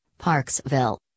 Parksville